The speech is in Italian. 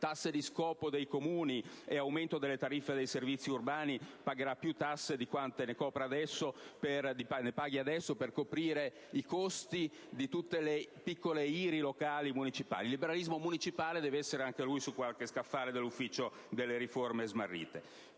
tasse di scopo dei Comuni e aumento delle tariffe dei servizi urbani, pagherà più tasse di quante ne paghi adesso per coprire i costi di tutte le piccole IRI locali e municipali. Il liberalismo municipale deve essere anch'esso su qualche scaffale dell'ufficio delle riforme smarrite.